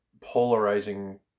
polarizing